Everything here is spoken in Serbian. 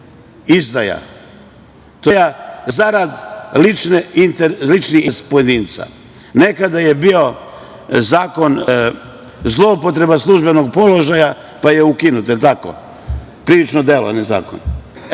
izdaja zarad ličnih interesa pojedinaca. Nekada je bio zakon – zloupotreba službenog položaja, pa je ukinut, jel tako? Krivično delo, ne zakon.